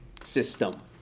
system